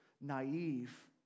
naive